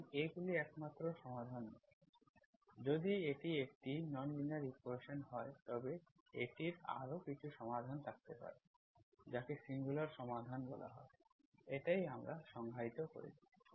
এবং এগুলি একমাত্র সমাধান নয় যদি এটি একটি নন লিনিয়ার ইকুয়েশন্স হয় তবে এটির আরও কিছু সমাধান থাকতে পারে যাকে সিঙ্গুলার সমাধান বলা হয় এটিই আমরা সংজ্ঞায়িত করেছি